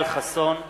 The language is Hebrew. ישראל חסון,